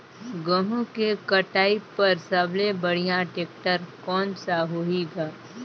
गहूं के कटाई पर सबले बढ़िया टेक्टर कोन सा होही ग?